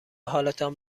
حالتان